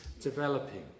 developing